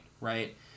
right